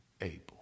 able